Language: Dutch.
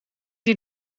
die